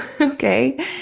okay